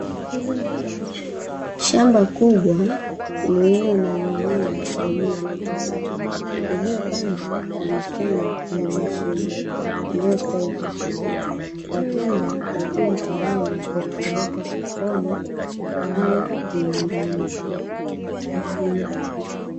Shmba kubwa lililo na mimea jamii ya mapapai iliyopandwa kwa mistari kwenye mashimo iliyostawi vizuri, matunda yakiwa tayari kwa kupelekwa sokoni au viwandani.